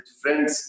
friends